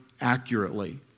accurately